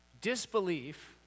disbelief